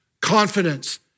confidence